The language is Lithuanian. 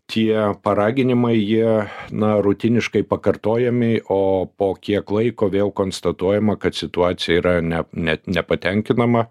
tie paraginimai jie na rutiniškai pakartojami o po kiek laiko vėl konstatuojama kad situacija yra ne net nepatenkinama